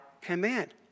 command